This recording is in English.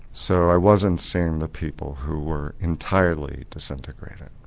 so i wasn't seeing the people who were entirely disintegrating.